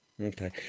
okay